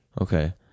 Okay